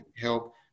help